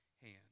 hand